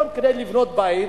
היום כדי לבנות בית,